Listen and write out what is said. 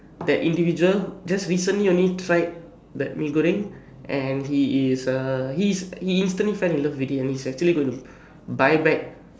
but that individual just recently only tried that Mee-Goreng and he is uh he is he instantly fell in love with it and he's actually going to buy back